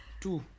Two